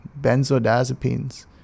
benzodiazepines